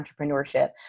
entrepreneurship